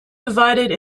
divided